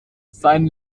seinen